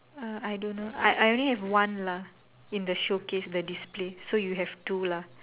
uh I don't know I I only have one lah in the showcase the display so you have two lah